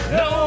no